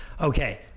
okay